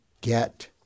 get